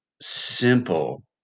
simple